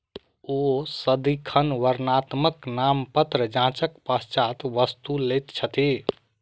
ओ सदिखन वर्णात्मक नामपत्र जांचक पश्चातै वस्तु लैत छथि